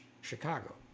Chicago